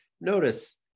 notice